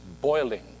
boiling